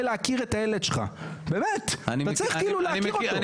הלכת לקראתי -- את יכולה לבקש רשות דיבור.